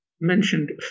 mentioned